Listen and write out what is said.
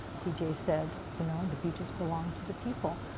c j. said you know the beaches belong to the people.